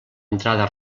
entrada